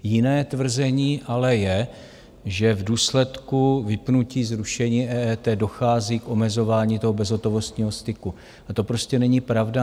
Jiné tvrzení ale je, že v důsledku vypnutí, zrušení EET dochází k omezování bezhotovostního styku, a to prostě není pravda.